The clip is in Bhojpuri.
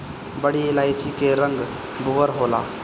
बड़ी इलायची के रंग भूअर होला